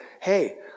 hey